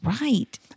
Right